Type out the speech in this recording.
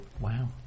Wow